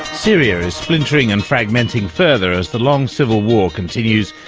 syria is splintering and fragmented further as the long civil war continues,